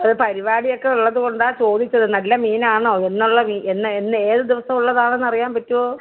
ഒരു പരിപാടി ഒക്കെ ഉള്ളത് കൊണ്ടാണ് ചോദിച്ചത് നല്ല മീൻ ആണോ എന്നുള്ള മീൻ എന്ന് എന്ന് ഏത് ദിവസം ഉള്ളതാണെന്ന് അറിയാൻ പറ്റുമോ